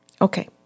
Okay